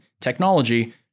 technology